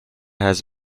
has